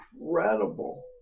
incredible